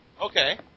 Okay